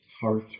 heart